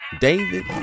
David